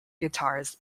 guitars